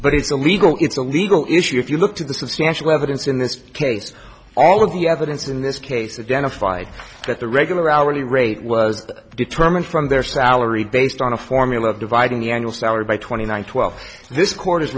but it's a legal it's a legal issue if you looked at the substantial evidence in this case all of the evidence in this case again a fight that the regular hourly rate was determined from their salary based on a formula of dividing the annual salary by twenty nine twelfth's this quarter